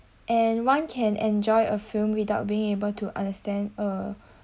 and one can enjoy a film without being able to understand a